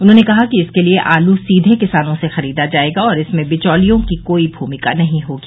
उन्होंने कहा कि इसके लिए आलू सीधे किसानों से खरीदा जायेगा और इसमें बिचौलियों की कोई भूमिका नहीं होगी